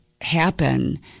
happen